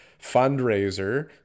fundraiser